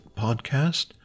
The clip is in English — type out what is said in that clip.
podcast